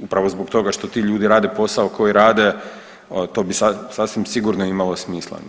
upravo zbog toga što ti ljudi rade posao koji rade to bi sasvim sigurno imalo smisla.